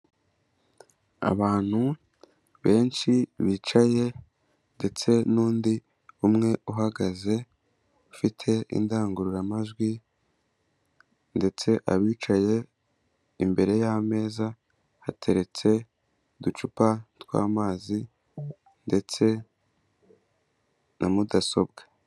Abantu benshi bicaye ndetse n'undi umwe uhagaze, ufite indangururamajwi ndetse abicaye imbere y'ameza hateretse uducupa tw'amazi ndetse na mudasobwa.